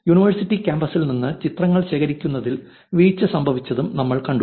university കാമ്പസിൽ നിന്ന് ചിത്രങ്ങൾ ശേഖരിക്കുന്നതിൽ വീഴ്ച സംഭവിച്ചതും നമ്മൾ കണ്ടു